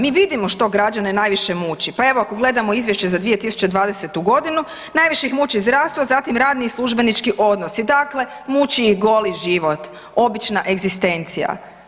Mi vidimo što građane najviše muči, pa evo ako gledamo izvješće za 2020.g. najviše ih muči zdravstvo, a zatim radni i službenički odnosi, dakle muči ih goli život, obična egzistencija.